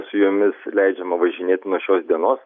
su jomis leidžiama važinėti nuo šios dienos